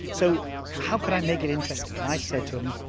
so how could i make it interesting? and i said to them,